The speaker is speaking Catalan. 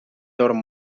dorm